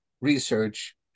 research